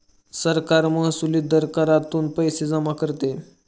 सरकार महसुली दर करातून पैसे जमा करते